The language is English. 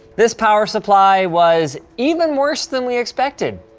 this power supply was even worse than we expected.